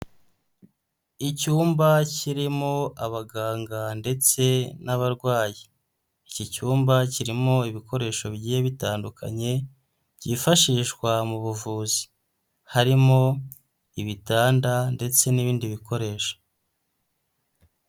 Icyumba kirimo abaganga ndetse n'abarwayi, iki cyumba kirimo ibikoresho bigiye bitandukanye, byifashishwa mu buvuzi harimo ibitanda ndetse n'ibindi bikoresho.